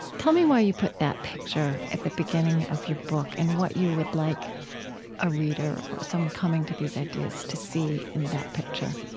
tell me why you put that picture at the beginning of your book and what you would like a reader or someone coming to these ideas to see in that picture